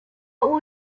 will